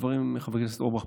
חבר הכנסת אורבך,